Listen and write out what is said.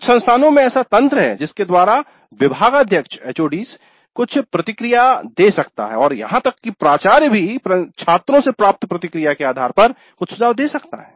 कुछ संस्थानों में ऐसा तंत्र है जिसके द्वारा विभागाध्यक्ष एचओडी HOD कुछ प्रतिक्रिया फीडबैक feedback दे सकता है और यहां तक कि प्राचार्य प्रिंसिपल principal भी छात्रों से प्राप्त प्रतिक्रिया के आधार पर कुछ सुझाव दे सकता है